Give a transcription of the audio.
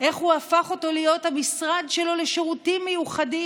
איך הוא הפך אותו להיות המשרד שלו לשירותים מיוחדים.